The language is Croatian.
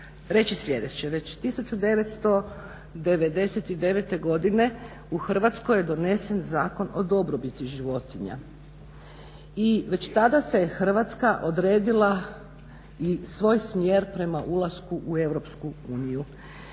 reći sljedeće. Već 1999. godine u Hrvatskoj je donesen Zakon o dobrobiti životinja i već tada se je Hrvatska odredila i svoj smjer prema ulasku u EU.